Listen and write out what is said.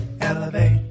Elevate